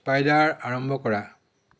পাইডাৰ আৰম্ভ কৰা